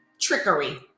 trickery